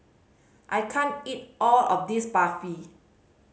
I can't eat all of this Barfi